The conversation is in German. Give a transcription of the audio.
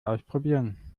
ausprobieren